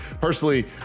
personally